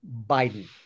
Biden